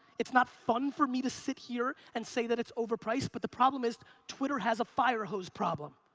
it's not fun for me to sit here and say that it's overpriced, but the problem is twitter has a fire hose problem.